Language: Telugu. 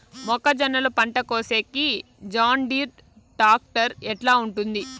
మొక్కజొన్నలు పంట కోసేకి జాన్డీర్ టాక్టర్ ఎట్లా ఉంటుంది?